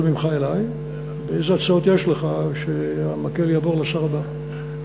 ממך אלי ואיזה הצעות יש לך כשהמקל יעבור לשר הבא.